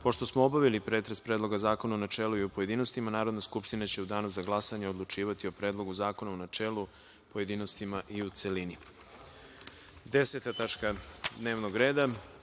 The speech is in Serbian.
smo obavili pretres Predloga zakona u načelu i u pojedinostima, Narodna skupština će u danu za glasanje odlučivati o Predlogu zakona u načelu, pojedinostima i u celini. Prelazimo na 10.